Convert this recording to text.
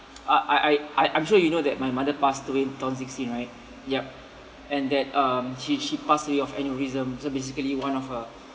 I I I I'm sure you know that my mother passed away in two thousand sixteen right yup and that um she she passed away of aneurisms so basically one of her